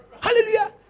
Hallelujah